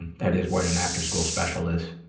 that is what an after-school special is.